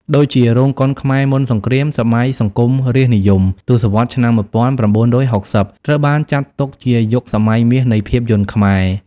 ដូចជា រោងកុនខ្មែរមុនសង្គ្រាម សម័យសង្គមរាស្ត្រនិយម ទសវត្សរ៍ឆ្នាំ១៩៦០ ត្រូវបានចាត់ទុកជាយុគសម័យមាសនៃភាពយន្តខ្មែរ។